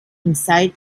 inside